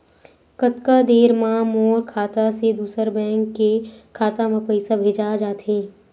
कतका देर मा मोर खाता से दूसरा बैंक के खाता मा पईसा भेजा जाथे?